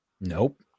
Nope